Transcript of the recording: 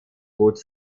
bot